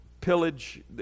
pillage